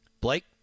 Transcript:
Blake